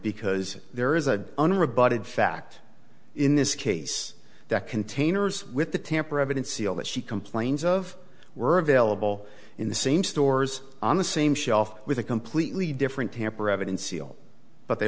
because there is a unrebutted fact in this case that containers with the tamper evident seal that she complains of were available in the same stores on the same shelf with a completely different tamper evidence eel but they